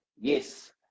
yes